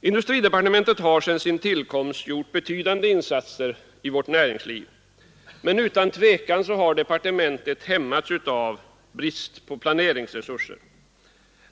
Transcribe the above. Industridepartementet har sedan sin tillkomst gjort betydande insatser i vårt näringsliv, men utan tvivel har departementet hämmats av brist på planeringsresurser.